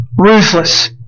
ruthless